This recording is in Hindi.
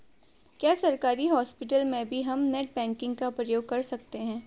क्या सरकारी हॉस्पिटल में भी हम नेट बैंकिंग का प्रयोग कर सकते हैं?